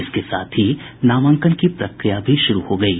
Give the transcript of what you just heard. इसके साथ ही नामांकन की प्रक्रिया भी शुरू हो गयी